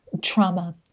trauma